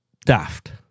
daft